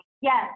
Yes